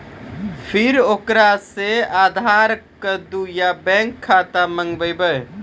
फिर ओकरा से आधार कद्दू या बैंक खाता माँगबै?